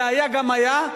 זה היה גם היה,